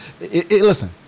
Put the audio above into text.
Listen